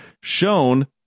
shown